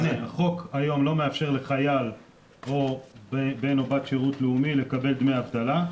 החוק היום לא מאפשר לחייל או בן או בת שירות לאומי לקבל דמי אבטלה,